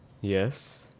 Yes